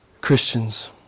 Christians